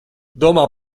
domā